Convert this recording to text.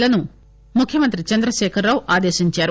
లను ముఖ్యమంత్రి చంద్రశేఖరరావు ఆదేశించారు